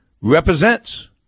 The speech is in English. represents